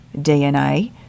DNA